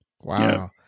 Wow